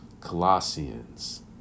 Colossians